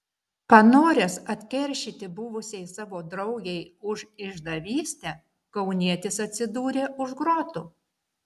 panoręs atkeršyti buvusiai savo draugei už išdavystę kaunietis atsidūrė už grotų